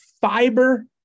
fiber